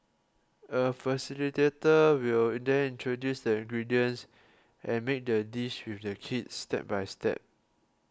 a facilitator will then introduce the ingredients and make the dish with the kids step by step